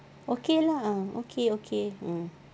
okay lah ah okay okay mm